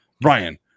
Brian